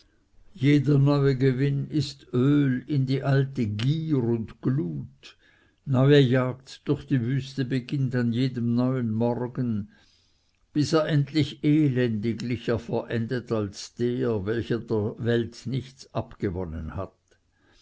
jeder neue gewinn ist öl in die alte gier und glut neue jagd durch die wüste beginnt an jedem neuen morgen bis er endlich elendiglicher verendet als der welcher der welt nichts abgewonnen hat